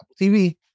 TV